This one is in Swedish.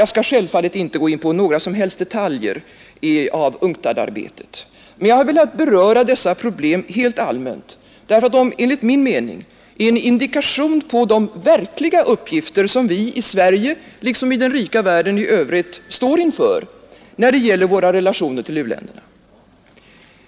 Jag skall självfallet inte gå in i några som helst detaljer av UNCTA D-arbetet. Men jag har velat beröra dessa problem helt allmänt, därför att de enligt min mening är en indikation på de verkliga uppgifter som vi i Sverige liksom i den rika världen i övrigt står inför när det gäller våra relationer till u-länderna.